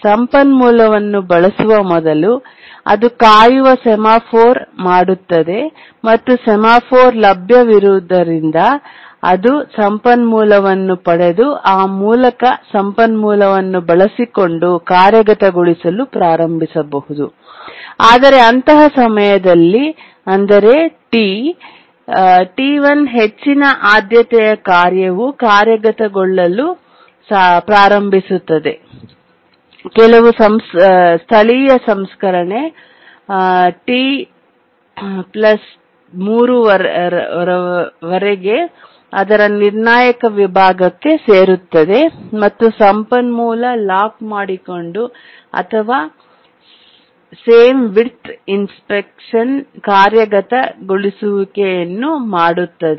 ಸಂಪನ್ಮೂಲವನ್ನು ಬಳಸುವ ಮೊದಲು ಅದು ಕಾಯುವ ಸೆಮಾಫೋರ್ ಮಾಡುತ್ತದೆ ಮತ್ತು ಸೆಮಾಫೋರ್ ಲಭ್ಯವಿರುವುದರಿಂದ ಅದು ಸಂಪನ್ಮೂಲವನ್ನು ಪಡೆದು ಆ ಮೂಲಕ ಸಂಪನ್ಮೂಲವನ್ನು ಬಳಸಿಕೊಂಡು ಕಾರ್ಯಗತಗೊಳಿಸಲು ಪ್ರಾರಂಭಿಸಬಹುದು ಆದರೆ ಅಂತಹ ಸಮಯದಲ್ಲಿ ಅಂದರೆ T1 ಹೆಚ್ಚಿನ ಆದ್ಯತೆಯ ಕಾರ್ಯವು ಕಾರ್ಯಗತಗೊಳ್ಳಲು ಪ್ರಾರಂಭಿಸುತ್ತದೆ ಕೆಲವು ಸ್ಥಳೀಯ ಸಂಸ್ಕರಣೆ T 3 ರವರೆಗೆ ಅದರ ನಿರ್ಣಾಯಕ ವಿಭಾಗಕ್ಕೆ ಸೇರುತ್ತದೆ ಮತ್ತು ಸಂಪನ್ಮೂಲ ಲಾಕ್ ಮಾಡಿಕೊಂಡು ಅಥವಾ ಸೇಮ್ ವಿಡ್ತ್ ಇನ್ಸ್ಟ್ರಕ್ಷನ್ ಕಾರ್ಯಗತಗೊಳಿಸುವಿಕೆಯನ್ನು ಮಾಡುತ್ತದೆ